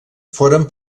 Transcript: foren